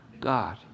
God